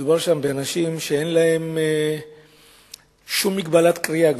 מדובר באנשים שאין להם שום מגבלת קריאה,